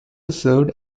served